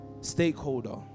Stakeholder